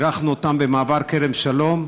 אירחנו אותם במעבר כרם שלום.